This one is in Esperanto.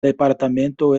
departemento